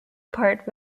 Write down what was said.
part